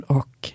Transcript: och